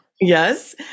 Yes